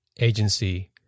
agency